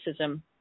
racism